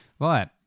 Right